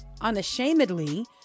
unashamedly